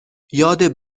یاد